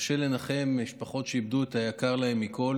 קשה לנחם משפחות שאיבדו את היקר להן מכול